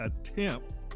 attempt